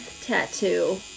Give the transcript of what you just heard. Tattoo